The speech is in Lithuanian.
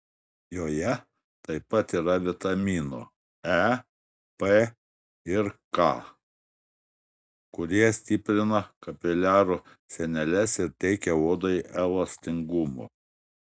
joje taip pat yra vitaminų e p ir k kurie stiprina kapiliarų sieneles ir teikia odai elastingumo